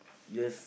guess